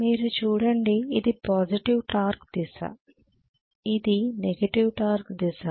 మీరు చూడండి ఇది పాజిటివ్ టార్క్ దిశ ఇది నెగటివ్ టార్క్ దిశ